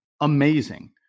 amazing